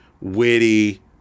witty